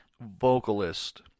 vocalist